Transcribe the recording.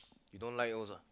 you don't like those ah